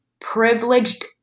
privileged